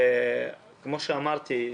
כמו שאמרתי,